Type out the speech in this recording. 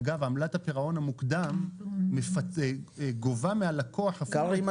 אגב עמלת הפירעון המוקדם גובה מהלקוח --- קרעי אם